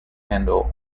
handle